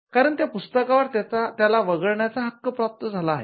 कारण त्या पुस्तकावर त्याला वगळण्याचा हक्क प्राप्त झाला आहे